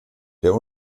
der